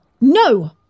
No